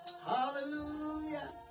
hallelujah